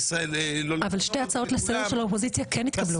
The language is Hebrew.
אבל שתי הצעות לסדר של האופוזיציה כן התקבלו.